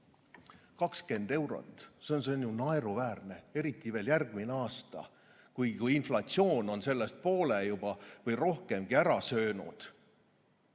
20 eurot! See on ju naeruväärne, eriti veel järgmisel aastal, kui inflatsioon on sellest poole või rohkemgi ära söönud.